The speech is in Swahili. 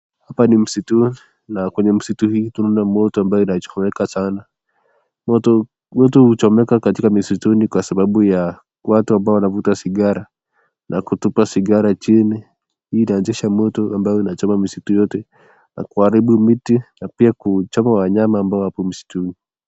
Hapa ni msituni, na kwenye msituni tunaona moto ambayo inachomeka sana , moto huchomeka katika misituni kwa sababu ya watu watu amabo wanavuta sigara na kutupa sigara chini iaanzisha moto ambayo inachoma msitu yote na kuchoma miti na wanyama ambao wapo katika msituni